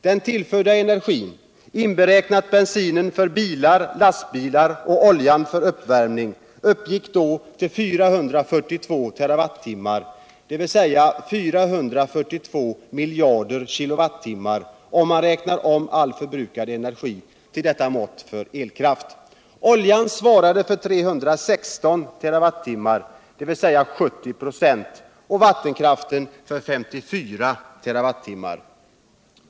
Den tillförda energin, inberäknat bensinen för bilar och lastbilar och oljan för uppvärmning, uppgick då till 442 terawattimmar, dvs. 442 miljarder kilowatlimmar, om man räknar om all förbrukad energi ull detta mått för elkraft. Oljan svarade för 316 terawattimmar. dvs. 70 "6, och vattenkraften för 54 terawattimmar.